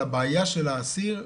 על הבעיה של האסיר,